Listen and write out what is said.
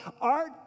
Art